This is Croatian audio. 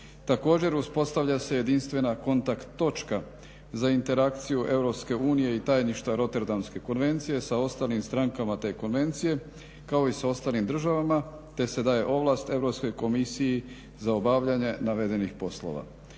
Također uspostavlja se jedinstvena kontakt točka za interakciju Europske unije i tajništva Roterdamske konvencije sa ostalim strankama te konvencije kao i sa ostalim državama te se daje ovlast Europskoj komisiji za obavljanje navedenih poslova.